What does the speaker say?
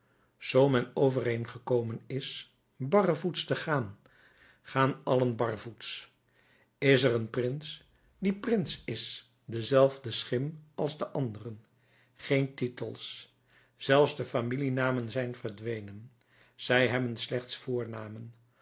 men overeengekomen is barvoets te gaan gaan allen barvoets is er een prins die prins is dezelfde schim als de anderen geen titels zelfs de familienamen zijn verdwenen zij hebben slechts voornamen